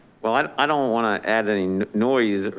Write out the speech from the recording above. well, i i don't want to add any noise,